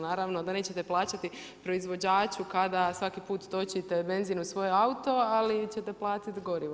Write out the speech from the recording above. Naravno da nećete plaćati proizvođaču kada svaki put točite benzin u svoj auto, ali ćete platit gorivo.